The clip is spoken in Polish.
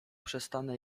przestanę